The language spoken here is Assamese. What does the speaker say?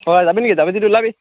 হয় যাবিনি যাবি যদি ওলাবি